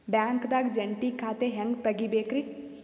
ಬ್ಯಾಂಕ್ದಾಗ ಜಂಟಿ ಖಾತೆ ಹೆಂಗ್ ತಗಿಬೇಕ್ರಿ?